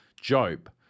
Job